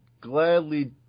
gladly